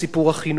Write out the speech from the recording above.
ובסיפור הדיור,